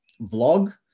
vlog